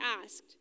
asked